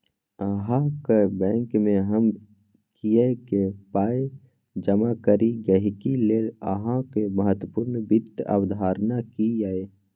अहाँक बैंकमे हम किएक पाय जमा करी गहिंकी लेल अहाँक महत्वपूर्ण वित्त अवधारणा की यै?